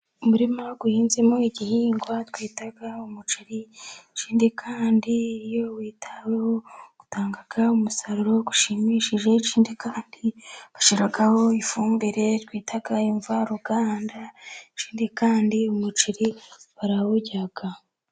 Umurima uhinzemo igihingwa twita umuceri. Ikindi kandi, iyo witaweho utanga umusaruro ushimishije. ndetse kandi bashyiraho ifumbire bita imvaruganda. Ikindi kandi umuceri barawurya.